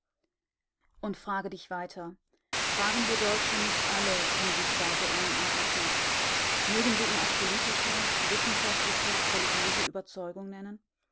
und frage dich weiter tragen wir deutsche nicht alle unsichtbar so einen adlerknopf mögen wir ihn auch politische wissenschaftliche religiöse überzeugung nennen